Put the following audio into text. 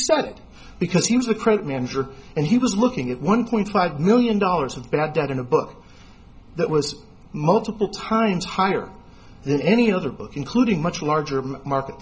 started because he was a credit manager and he was looking at one point five million dollars of bad debt in a book that was multiple times higher than any other book including much larger markets